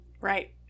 Right